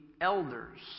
elders